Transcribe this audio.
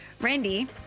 Randy